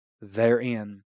therein